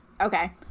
okay